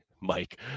Mike